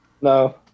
No